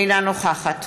אינה נוכחת